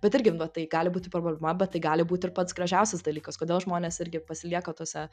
bet irgi na va tai gali būti problema bet tai gali būti ir pats gražiausias dalykas kodėl žmonės irgi pasilieka tuose